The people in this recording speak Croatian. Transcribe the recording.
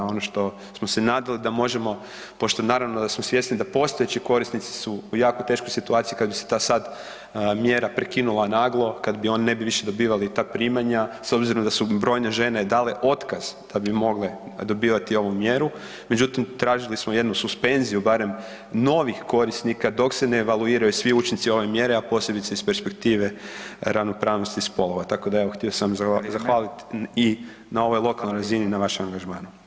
Ono što smo se nadali da možemo pošto naravno da smo svjesni da postojeći korisnici su u jako teškoj situaciji kada bi se sada ta mjera prekinula naglo, kada oni ne bi više dobivali ta primanja, s obzirom da su brojne žene dale otkaz da bi mogle dobivati ovu mjeru, međutim tražili smo jednu suspenziju barem novih korisnika dok se ne evaluiraju svi učinci ove mjere, a posebice iz perspektive ravnopravnosti spolova, tako da sam htio zahvaliti i na ovoj lokalnoj razini na vašem angažmanu.